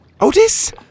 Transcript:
Otis